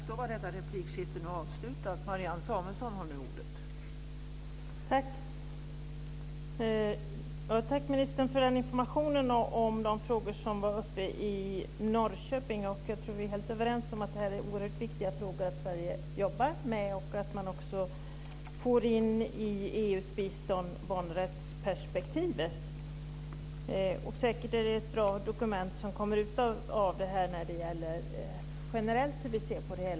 Fru talman! Jag tackar statsrådet för informationen om de frågor som var uppe i Norrköping. Jag tror att vi är helt överens om att det är oerhört viktigt att Sverige jobbar med dessa frågor och att man i EU:s bistånd får in barnrättsperspektivet. Det kommer säkert ett bra dokument om vår generella syn på detta.